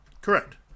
Correct